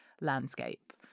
landscape